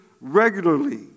regularly